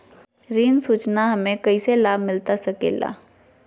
ऋण सूचना हमें कैसे लाभ मिलता सके ला?